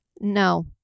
No